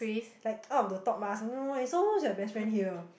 like out of the top ah something wrong eh so who's your best friend here